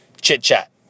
chit-chat